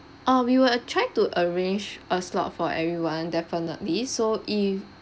uh we will uh try to arrange a slot for everyone definitely so if